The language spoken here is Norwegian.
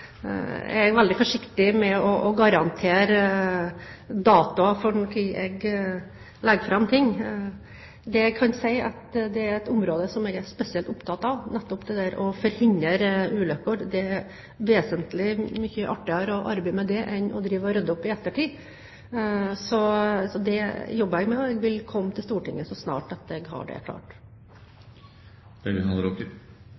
er jeg veldig forsiktig med å garantere datoer for når jeg legger fram saker. Det jeg kan si, er at dette er et område jeg er spesielt opptatt av, nettopp det å forhindre ulykker. Det er vesentlig mye artigere å arbeide med det enn å rydde opp i ettertid. Så dette jobber jeg med, og jeg vil komme til Stortinget så snart jeg har det